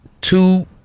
two